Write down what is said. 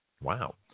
Wow